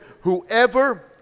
whoever